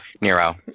Nero